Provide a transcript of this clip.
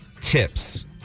tips